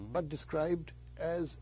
but described as